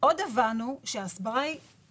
עוד הבנו שההסברה היא